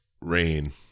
rain